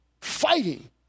Fighting